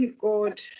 God